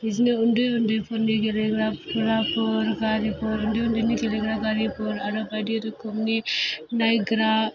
बिदिनो उन्दै उन्दैफोरनि गेलेग्रा फुथुलाफोर गारिफोर उन्दै उन्दैनि गेलेग्रा गारिफोर आरो बायदि रोखोमनि नायग्रा